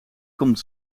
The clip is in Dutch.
komt